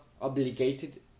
obligated